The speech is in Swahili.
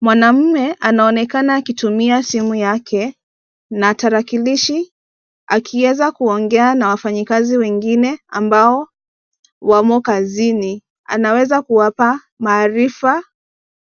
Mwanamume anaonekana akitumia simu yake na tarakilishi akiweza kuongea na wafanyikazi wengine ambao wamo kazini. Anaweza kuwapa maarifa